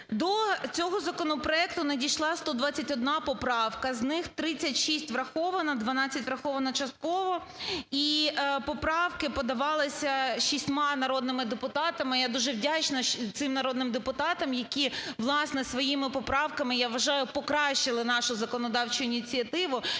До цього законопроекту надійшла 121 поправка, з них 36 враховано, 12 враховано частково і поправки подавалися шістьма народними депутатами. Я дуже вдячна цим народним депутатам, які, власне, своїми поправками, я вважаю, покращили нашу законодавчу ініціативу,